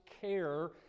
care